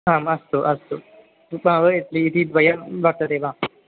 आम् अस्तु अस्तु उप्मा वा इड्ली इति द्वयं वर्तते वा